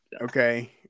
Okay